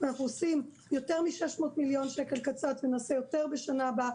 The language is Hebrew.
אנחנו עושים יותר מ-600 מיליון קצ"ת ונעשה יותר בשנה הבאה,